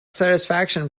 satisfaction